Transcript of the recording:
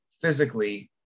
physically